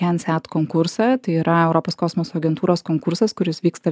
cansat konkursą tai yra europos kosmoso agentūros konkursas kuris vyksta